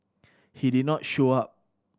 he did not show up